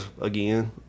again